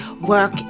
work